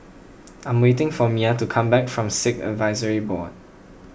I am waiting for Myah to come back from Sikh Advisory Board